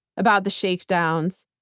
about the shakedowns,